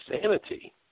sanity